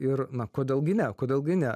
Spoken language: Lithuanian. ir na kodėl gi ne kodėl gi ne